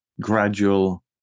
gradual